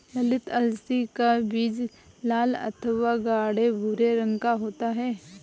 ललीत अलसी का बीज लाल अथवा गाढ़े भूरे रंग का होता है